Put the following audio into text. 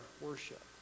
worship